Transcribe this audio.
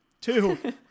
Two